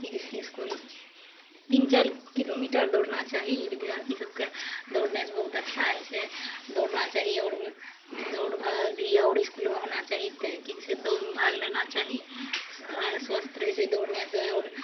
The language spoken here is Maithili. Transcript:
कि कहय छै इसकुल तीन चारि किलोमीटर दौड़ना चाही विद्यार्थी सबके दौड़नेसँ बहुत अच्छा होइ छै दौड़ना चाही आओर दौड़ भाग भी आओर इसकुलमे होना चाही तऽ कि कहय छै दौड़मे भाग लेना चाही स्वस्थ रहय छै दौड़नेसँ आओर